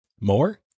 More